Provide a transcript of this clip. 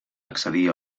accedir